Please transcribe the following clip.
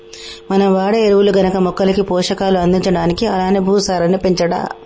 మనం వాడే ఎరువులు గనక మొక్కలకి పోషకాలు అందించడానికి అలానే భూసారాన్ని పెంచడా